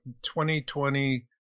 2020